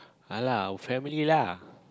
walao lah our family lah